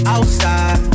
Outside